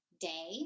day